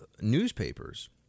newspapers